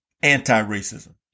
anti-racism